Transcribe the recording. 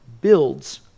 builds